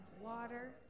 water